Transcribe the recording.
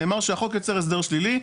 נאמר שהחוק יוצר הסדר שלילי.